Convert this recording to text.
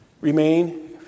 remain